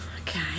okay